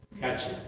Gotcha